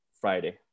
Friday